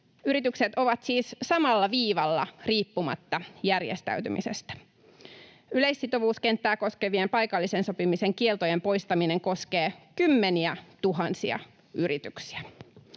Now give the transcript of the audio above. Yritykset ovat siis samalla viivalla riippumatta järjestäytymisestä. Yleissitovuuskenttää koskevien paikallisen sopimisen kieltojen poistaminen koskee kymmeniätuhansia yrityksiä.